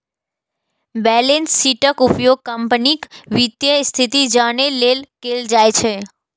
balance शीटक उपयोग कंपनीक वित्तीय स्थिति जानै लेल कैल जाइ छै